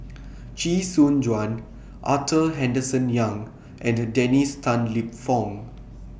Chee Soon Juan Arthur Henderson Young and Dennis Tan Lip Fong